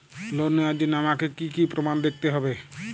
Loan নেওয়ার জন্য আমাকে কী কী প্রমাণ দেখতে হবে?